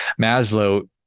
Maslow